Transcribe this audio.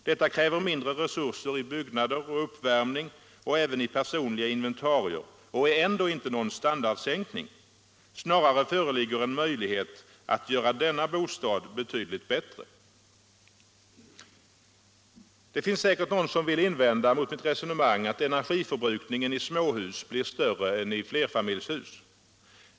Detta kräver mindre resurser i byggnader och uppvärmning och även i personliga inventarier, men det medför ändå inte någon standardsänkning. Snarare föreligger en möjlighet att göra denna bostad betydligt bättre. Det finns säkert någon som vill invända mot mitt resonemang att energiförbrukningen i småhus blir större än i flerfamiljshus.